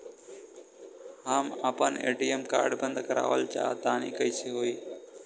हम आपन ATM card बंद करावल चाह तनि कइसे होई?